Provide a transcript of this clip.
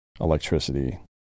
electricity